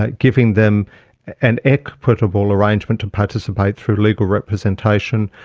ah giving them an equitable arrangement to participate through legal representation,